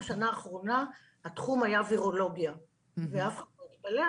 שבשנה האחרונה התחום היה וירולוגיה ואף אחד לא הצטיין,